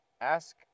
ask